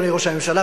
אדוני ראש הממשלה,